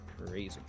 crazy